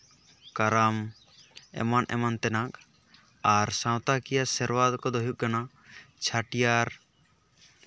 ᱠᱟᱨᱟᱢ ᱮᱢᱟᱱ ᱮᱢᱟᱱ ᱛᱮᱱᱟᱜ ᱟᱨ ᱥᱟᱶᱛᱟᱠᱤᱭᱟᱹ ᱥᱮᱨᱣᱟ ᱠᱚᱫᱚ ᱦᱩᱭᱩᱜ ᱠᱟᱱᱟ ᱪᱷᱟᱹᱴᱤᱭᱟᱹᱨ